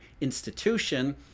institution